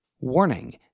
Warning